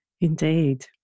Indeed